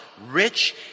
rich